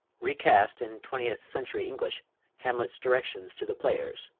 recast in twentieth-century english hamlet's directions to the players,